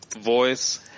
voice